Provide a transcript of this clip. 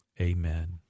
Amen